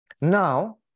Now